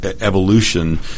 evolution